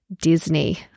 Disney